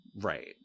Right